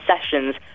sessions